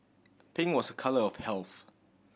pink was a colour of health